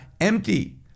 empty